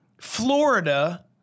Florida